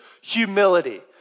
Humility